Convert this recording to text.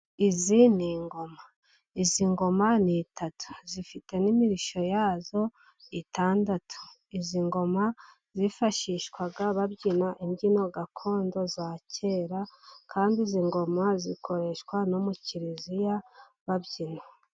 Izi ni ingoma. Izi ngoma ni itatu. Zifite n'imirishyo yazo itandatu. Izi ngoma, zifashishwaga babyina imbyino gakondo za kera, kandi izi ngoma zikoreshwa no mu kiliziya babyina.